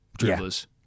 dribblers